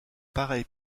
pareille